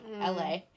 LA